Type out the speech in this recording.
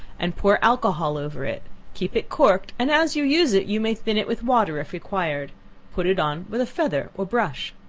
and pour alcohol over it keep it corked, and as you use it, you may thin it with water if required put it on with a feather or brush.